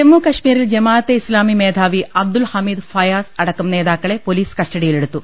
ജമ്മുകശ്മീരിൽ ജമാഅത്തെ ഇസ്ലാമി മേധാവി അബ്ദുൾ ഹമീദ് ഫയാസ് അടക്കം നേതാക്കളെ പൊലീസ് കസ്റ്റഡിയിലെ ടുത്തു